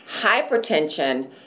hypertension